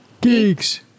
Geeks